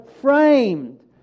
framed